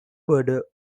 border